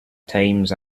times